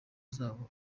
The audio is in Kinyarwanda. zabo